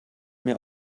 mir